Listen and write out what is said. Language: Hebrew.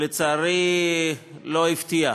לצערי לא הפתיע.